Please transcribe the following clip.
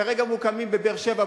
כרגע מוקמים בבאר-שבע,